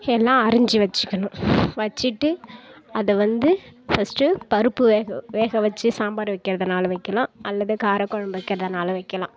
எல்லாம் அரிஞ்சு வச்சுக்கணும் வச்சுட்டு அதை வந்து ஃபஸ்டு பருப்பு வேக வேக வச்சு சாம்பார் வைக்கிறதுனாலும் வைக்கிலாம் அல்லது காரக்குழம்பு வைக்கிறதனாலும் வைக்கிலாம்